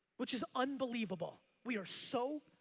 which is unbelievable. we are so,